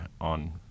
on